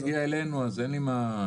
הוא לא הגיע אלינו, אז אין לי מה להתייחס.